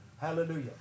hallelujah